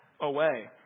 away